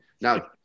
now